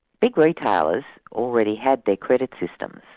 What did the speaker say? big retailers already had their credit system,